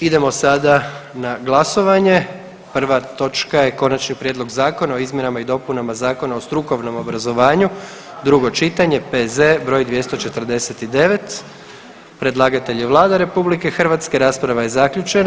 Idemo sada na glasovanje, prva točka je Konačni prijedlog Zakona o izmjenama i dopunama Zakona o strukovnom obrazovanju, drugo čitanje, P.Z. br. 249, predlagatelj je Vlada RH, rasprava je zaključena.